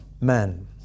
man